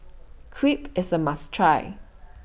Crepe IS A must Try